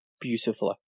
beautifully